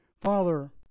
Father